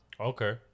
Okay